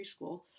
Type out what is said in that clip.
preschool